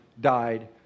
died